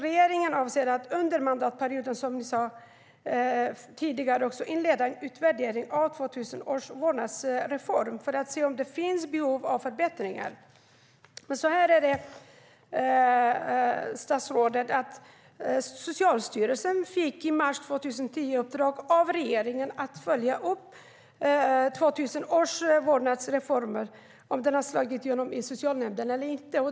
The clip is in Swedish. Regeringen avser att under mandatperioden inleda en utvärdering av 2006 års vårdnadsreform för att se om det finns behov av förbättringar. Socialstyrelsen fick i mars 2010 uppdraget av regeringen att följa upp om 2006 års vårdnadsreform hade slagit igenom i socialnämnden eller inte.